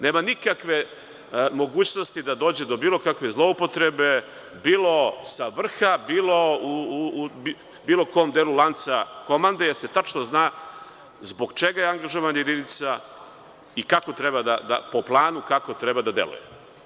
Nema nikakve mogućnosti da dođe do bilo kakve zloupotrebe bilo sa vrha, u bilo kom delu lanca komande, jer se tačno zna zbog čega je angažovana jedinica i kako treba po planu da deluje.